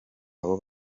abo